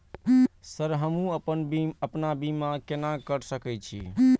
Sir हमू अपना बीमा केना कर सके छी?